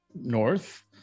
north